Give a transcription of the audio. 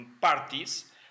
parties